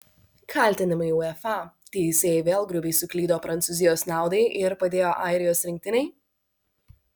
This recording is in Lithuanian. kaltinimai uefa teisėjai vėl grubiai suklydo prancūzijos naudai ir padėjo airijos rinktinei